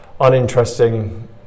uninteresting